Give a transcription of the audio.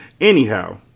Anyhow